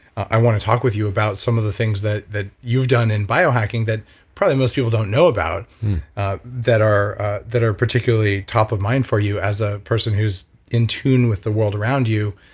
i want to talk with you about some of the things that that you've done in biohacking that probably most people don't know about that are that are particularly top of mind for you as a person who's in tune with the world around you.